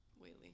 Whaley